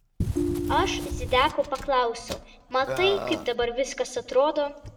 aš zideko paklausiau matai kaip dabar viskas atrodo